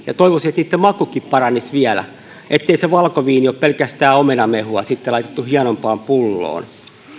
ja enemmänkin toivoisin että niitten makukin paranisi vielä ettei se valkoviini ole pelkästään omenamehua laitettu hienompaan pulloon